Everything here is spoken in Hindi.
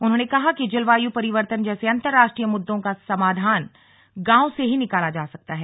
उन्होंने कहा कि जलवायु परिवर्तन जैसे अंतर्राष्ट्रीय मुद्दों का समाधान गांव के बीच से ही निकाला जा सकता है